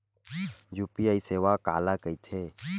UPI सेवा काला कइथे?